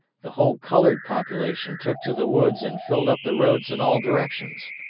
the whole colored population took to the woods and filled up the roads in all directions.